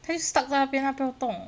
它就 stuck 在那边它不要动